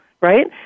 right